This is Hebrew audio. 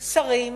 שרים,